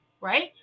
right